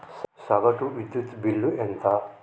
సగటు విద్యుత్ బిల్లు ఎంత?